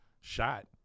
shot